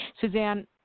Suzanne